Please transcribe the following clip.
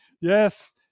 yes